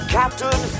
captain